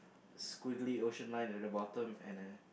squiggly ocean line at the bottom